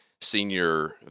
senior